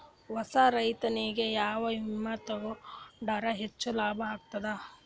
ಹೊಸಾ ರೈತನಿಗೆ ಯಾವ ವಿಮಾ ತೊಗೊಂಡರ ಹೆಚ್ಚು ಲಾಭ ಆಗತದ?